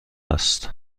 است